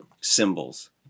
symbols